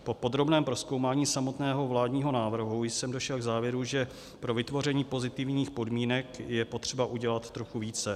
Po podrobném prozkoumání samotného vládního návrhu jsem došel k závěru, že pro vytvoření pozitivních podmínek je potřeba udělat trochu více.